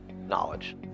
Knowledge